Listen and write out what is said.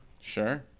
Sure